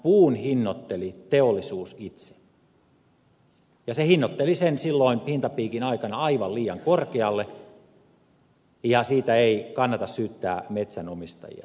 puun hinnoitteli teollisuus itse ja se hinnoitteli sen silloin hintapiikin aikana aivan liian korkealle ja siitä ei kannata syyttää metsänomistajia